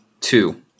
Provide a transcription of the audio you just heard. Two